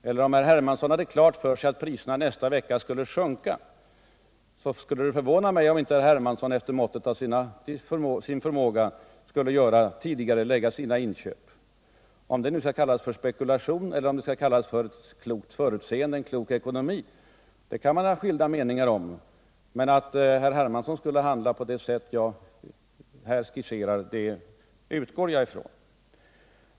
Och om herr Hermansson hade klart för sig att priserna nästa vecka skulle sjunka, skulle det förvåna mig om inte herr Hermansson efter måttet av sin förmåga skulle senarelägga sina inköp. Om det skall kallas spekulation eller klokt förutseende, en klok ekonomi, kan man ha skilda meningar om, men att herr Hermansson skulle handla på det sätt som jag här har skisserat utgår jag från.